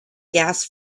gas